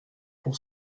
pour